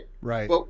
Right